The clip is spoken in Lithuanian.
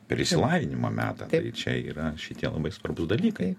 per išsilavinimą meta tai čia yra šitie labai svarbūs dalykai